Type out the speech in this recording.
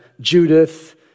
Judith